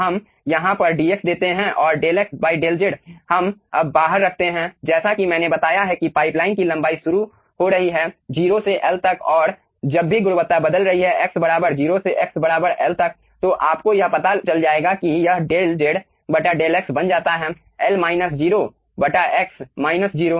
तो हम यहाँ पर dx देते हैं और डेल x डेल z हम अब बाहर रखते हैं जैसा कि मैंने बताया है कि पाइप लाइन कि लंबाई शुरू हो रही है 0 से L तक और जब भी गुणवत्ता बदल रही है x बराबर 0 से x बराबर L तक तो आपको यह पता चल जाएगा कि यह डेल z डेल x बन जाता है L माइनस 0 x माइनस 0